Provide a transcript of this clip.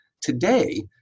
Today